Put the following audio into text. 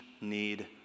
need